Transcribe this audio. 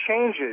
changes